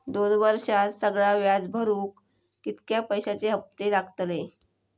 दोन वर्षात सगळा व्याज भरुक कितक्या पैश्यांचे हप्ते लागतले?